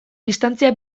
distantzia